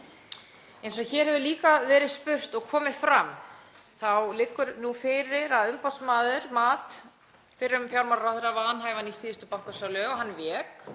Eins og hér hefur líka verið spurt og komið fram þá liggur nú fyrir að umboðsmaður mat fyrrum fjármálaráðherra vanhæfan í síðustu bankasölu og hann vék.